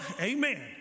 Amen